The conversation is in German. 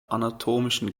anatomischen